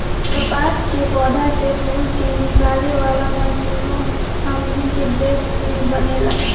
कपास के पौधा से फूल के निकाले वाला मशीनों हमनी के देश में बनेला